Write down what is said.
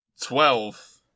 Twelve